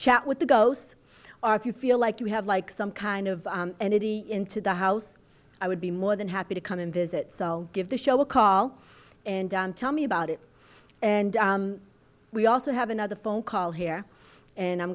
chat with the ghosts or if you feel like you have like some kind of energy into the house i would be more than happy to come and visit so give the show a call and tell me about it and we also have another phone call here and i'm